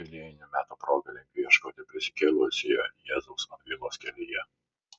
jubiliejinių metų proga linkiu ieškoti prisikėlusiojo jėzaus atgailos kelyje